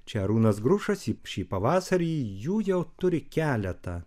čia arūnas grušas šį pavasarį jų jau turi keletą